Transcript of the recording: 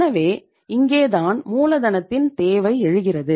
எனவே இங்கே தான் மூலதனத்தின் தேவை எழுகிறது